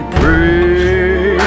pray